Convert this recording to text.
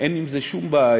אין עם זה שום בעיה,